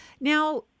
Now